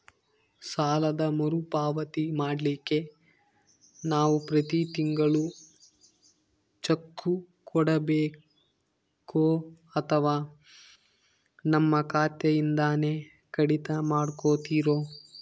ಸಾಲದ ಮರುಪಾವತಿ ಮಾಡ್ಲಿಕ್ಕೆ ನಾವು ಪ್ರತಿ ತಿಂಗಳು ಚೆಕ್ಕು ಕೊಡಬೇಕೋ ಅಥವಾ ನಮ್ಮ ಖಾತೆಯಿಂದನೆ ಕಡಿತ ಮಾಡ್ಕೊತಿರೋ?